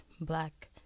black